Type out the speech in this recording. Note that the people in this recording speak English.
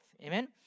Amen